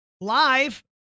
live